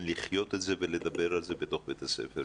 לחיות את זה ולדבר על זה בתוך בית הספר.